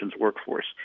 workforce